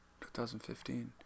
2015